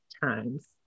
times